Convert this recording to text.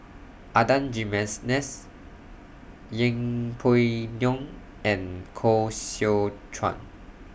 Adan Jimenez Yeng Pway Ngon and Koh Seow Chuan